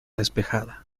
despejada